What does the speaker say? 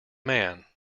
man